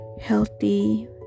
healthy